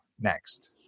next